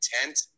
intent